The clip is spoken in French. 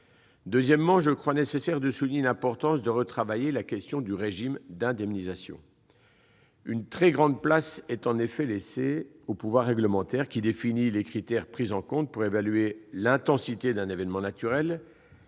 Deuxièmement, je crois nécessaire de souligner l'importance de retravailler la question du régime d'indemnisation. Une très grande place est laissée au pouvoir réglementaire, qui définit les critères pris en compte pour évaluer l'intensité d'un événement naturel